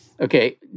Okay